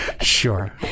sure